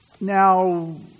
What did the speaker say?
Now